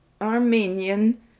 Armenian